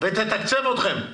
ותתקצב אתכם.